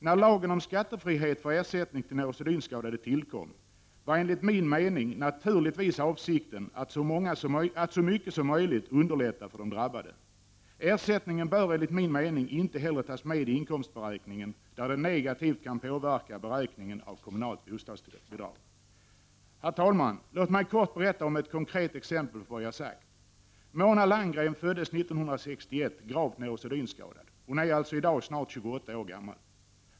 När lagen om skattefrihet för ersättning till neurosedynskadade tillkom var, enligt min mening, naturligtvis avsikten att så mycket som möjligt underlätta för de drabbade. Ersättningen bör, enligt min mening, inte heller tas med i inkomstberäkningen, där den negativt kan påverka beräkningen av kommunalt bostadsbidrag. Herr talman! Låt mig kort berätta om ett konkret exempel på vad jag sagt. Mona Landgren föddes 1961, gravt neurosedynskadad, och är alltså i dag snart 28 år gammal.